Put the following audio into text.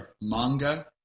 manga